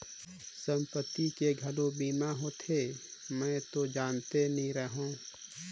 संपत्ति के घलो बीमा होथे? मे हरतो जानते नही रहेव